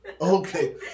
Okay